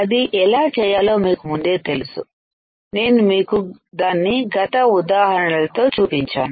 అది ఎలా చేయాలో మీకు ముందే తెలుసు నేను మీకు దాన్ని గత ఉదాహరణ లతో చూపించాను